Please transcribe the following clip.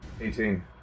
Eighteen